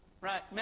right